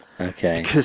Okay